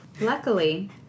Luckily